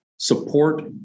support